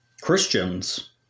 Christians